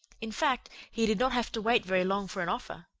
in fact, he did not have to wait very long for an offer.